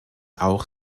auch